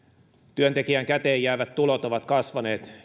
työntekijän käteenjäävät tulot ovat kasvaneet